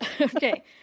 Okay